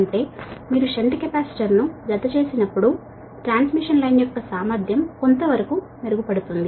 అంటే మీరు షంట్ కెపాసిటర్ను జతచేసినప్పుడు ట్రాన్స్మిషన్ లైన్ యొక్క ఎఫిషియన్సీ కొంతవరకు పెరుగుతుంది